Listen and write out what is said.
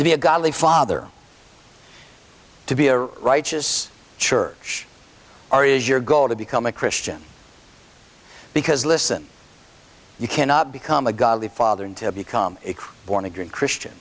to be a godly father to be a righteous church or is your goal to become a christian because listen you cannot become a godly father and become a born again christian